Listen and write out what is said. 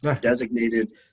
designated